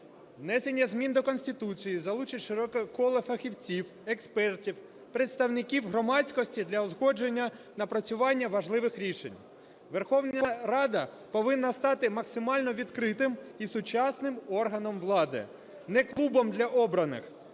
Внесення змін до Конституції залучить широке коло фахівців, експертів, представників громадськості для узгодження напрацювання важливих рішень. Верховна Рада повинна стати максимально відкритим і сучасним органом влади, не клубом для обраних.